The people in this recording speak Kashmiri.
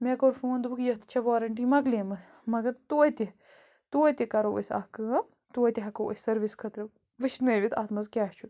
مےٚ کوٚر فون دوٚپُکھ یَتھ چھِ وارَنٹی مَکلیمٕژ مگر تویتہِ تویتہِ کَرو أسۍ اَکھ کٲم تویتہِ ہٮ۪کو أسۍ سٔروِس خٲطرٕ وٕچھنٲوِتھ اَتھ منٛز کیٛاہ چھُ